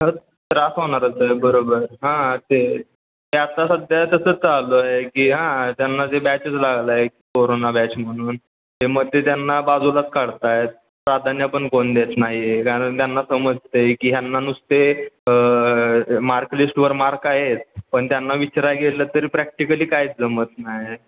तर त्रास होणारच आहे बरोबर हां ते ते आता सध्या तसंच चालू आहे की हां त्यांना जे बॅचेस लागलाय कोरोना बॅच म्हणून ते मध्ये त्यांना बाजूलाच काढत आहेत प्राधान्य पण कोण देत नाही आहे कारण त्यांना समजतं आहे की ह्यांना नुसते मार्कलिस्टवर मार्क आहेत पण त्यांना विचारायला गेलं तरी प्रॅक्टिकली काहीच जमत नाही